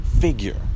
figure